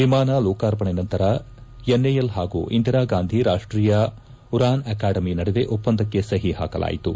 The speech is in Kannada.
ವಿಮಾನ ಲೋಕಾರ್ಪಣೆ ನಂತರ ಎನ್ಎಎಲ್ ಹಾಗೂ ಇಂದಿರಾಗಾಂಧಿ ರಾಷ್ಟೀಯ ಉರಾನ್ ಅಕಾಡೆಮಿ ನಡುವೆ ಒಪ್ಪಂದಕ್ಕೆ ಸಹಿ ಹಾಕಲಾಯಿತು